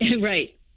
Right